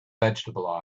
vegetable